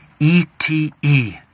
E-T-E